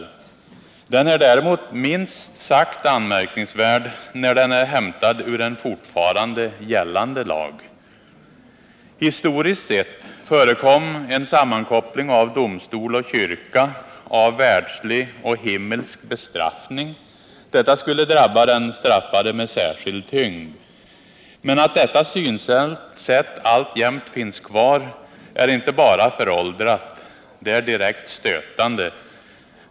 Den är däremot minst sagt anmärkningsvärd när den är hämtad ur en fortfarande gällande lag. Historiskt sett förekom en sammankoppling av domstol och kyrka, av världslig och himmelsk bestraffning. Detta skulle drabba den straffade med särskild tyngd. Men att detta synsätt alltjämt finns kvar är inte bara föråldrat. Det är direkt stötande.